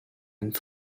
and